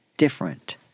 Different